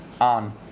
on